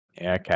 Okay